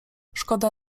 szkoda